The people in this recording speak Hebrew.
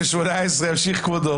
ארבעה בעד, חמישה נגד, נמנע אחד.